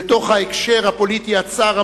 בתוך ההקשר הפוליטי הצר,